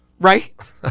right